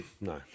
No